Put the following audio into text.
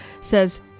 says